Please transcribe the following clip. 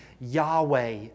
Yahweh